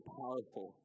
powerful